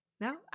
No